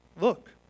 Look